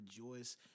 rejoice